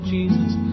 Jesus